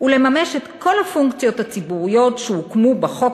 ולממש את כל הפונקציות הציבוריות שהוקמו בחוק